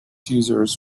users